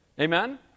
Amen